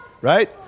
right